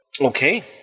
Okay